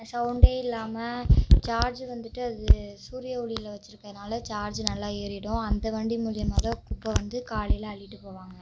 சவுண்டே இல்லாமல் சார்ஜி வந்துட்டு அது சூரிய ஒளியில் வச்சுருக்கதுனால ச்சார்ஜி நல்லா ஏறிடும் அந்த வண்டி மூலிமாதான் குப்பை வந்து காலையில் அள்ளிட்டு போவாங்கள்